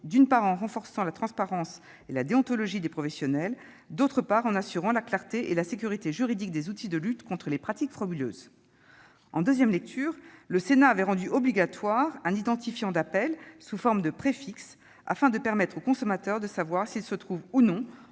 d'une part, en renforçant la transparence et la déontologie des professionnels, d'autre part, en assurant la clarté et la sécurité juridique des outils de lutte contre les pratiques frauduleuses. En deuxième lecture, le Sénat avait rendu obligatoire un identifiant d'appel, sous forme de préfixe, afin de permettre au consommateur de savoir s'il se trouvait ou non